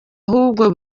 ahubwo